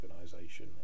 organization